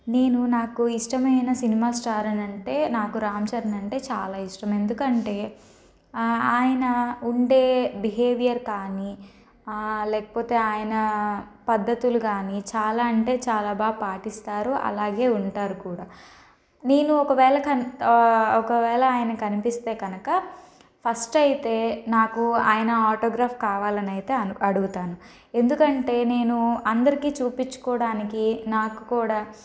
నేను నాకు ఇష్టమైన సినిమా స్టార్ అని అంటే నాకు రామ్చరణ్ అంటే చాలా ఇష్టం ఎందుకంటే ఆయన ఉండే బిహేవియర్ కానీ లేకపోతే ఆయన పద్ధతులు కానీ చాలా అంటే చాలా బాగా పాటిస్తారు అలాగే ఉంటారు కూడా నేను ఒకవేళ కని ఒకవేళ ఆయన కనిపిస్తే కనుక ఫస్ట్ అయితే నాకు ఆయన ఆటోగ్రాఫ్ కావాలని అయితే అను అడుగుతాను ఎందుకంటే నేను అందరికీ చూపించుకోవడానికి నాకు కూడా